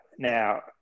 Now